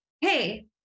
hey